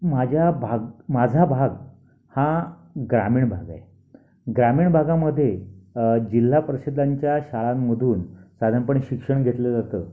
माझ्या भाग माझा भाग हा ग्रामीण भाग आहे ग्रामीण भागामध्ये जिल्हा परिषदांच्या शाळांमधून साधारणपणे शिक्षण घेतलं जात